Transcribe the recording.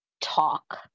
talk